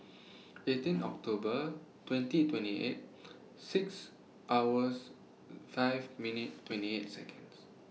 eighteen October twenty twenty eight six hours five minute twenty eight Seconds